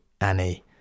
Annie